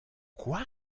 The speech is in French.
quoi